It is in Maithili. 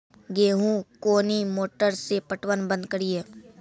गेहूँ कोनी मोटर से पटवन बंद करिए?